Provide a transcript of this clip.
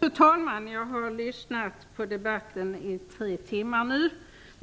Fru talman! Jag har nu lyssnat på debatten under tre timmar. Man har